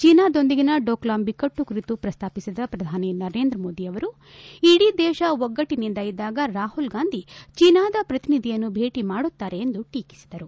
ಚೀನಾದೊಂದಿಗಿನ ಡೋಕ್ಲಾಂ ಬಿಕ್ಕಟ್ಟು ಕುರಿತು ಪ್ರಸ್ತಾಪಿಸಿದ ಪ್ರಧಾನಿ ನರೇಂದ್ರ ಮೋದಿ ಅವರು ಇಡೀ ದೇಶ ಒಗ್ಗಟ್ಟನಿಂದ ಇದ್ದಾಗ ರಾಹುಲ್ ಗಾಂಧಿ ಚೀನಾದ ಶ್ರತಿನಿಧಿಯನ್ನು ಭೇಟ ಮಾಡುತ್ತಾರೆ ಎಂದು ಟೀಕಿಸಿದರು